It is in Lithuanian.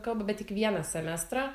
kalba bet tik vieną semestrą